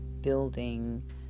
building